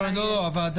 לאבי